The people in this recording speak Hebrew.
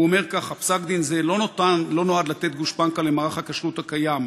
הוא אומר כך: "פסק-דין זה לא נועד לתת גושפנקה למערך הכשרות הקיים,